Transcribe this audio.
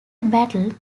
battle